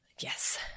Yes